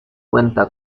cuenta